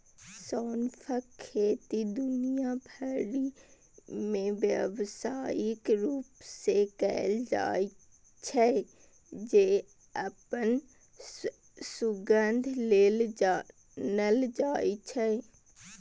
सौंंफक खेती दुनिया भरि मे व्यावसायिक रूप सं कैल जाइ छै, जे अपन सुगंध लेल जानल जाइ छै